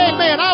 Amen